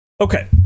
Okay